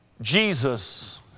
Jesus